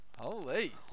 holy